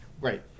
right